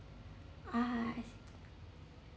ah I see